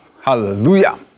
Hallelujah